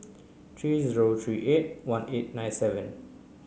three zero three eight one eight nine seven